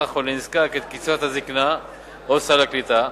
או לנזקק את קצבת הזיקנה או סל הקליטה,